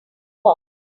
box